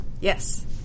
yes